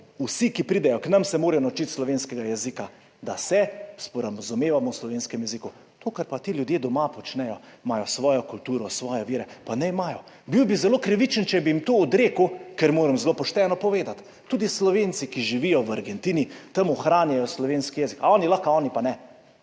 Vsi, ki pridejo k nam, se morajo naučiti slovenskega jezika, da se sporazumevamo v slovenskem jeziku. To, kar pa ti ljudje počnejo doma, imajo svojo kulturo, svoje vire, pa naj imajo. Zelo bi bil krivičen, če bi jim to odrekel, kar moram zelo pošteno povedati, tudi Slovenci, ki živijo v Argentini, tam ohranjajo slovenski jezik. Oni lahko, ti pa ne?